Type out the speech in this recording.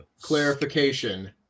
Clarification